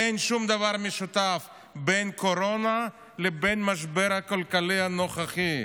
אין שום דבר משותף לקורונה ולמשבר הכלכלי הנוכחי.